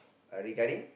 uh regarding